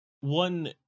one